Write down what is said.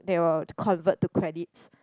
they will convert to credits